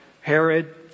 Herod